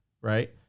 right